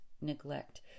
neglect